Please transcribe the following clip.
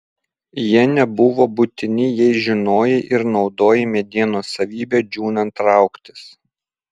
jie nebuvo būtini jei žinojai ir naudojai medienos savybę džiūnant trauktis